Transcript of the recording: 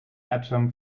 atom